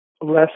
less